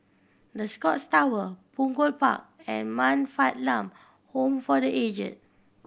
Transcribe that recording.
The Scotts Tower Punggol Park and Man Fatt Lam Home for Aged